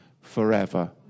forever